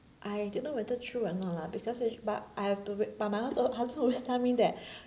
I don't know whether true or not lah because it's but I have to read but my husband husband always tell me that